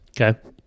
Okay